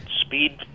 speed